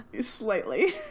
slightly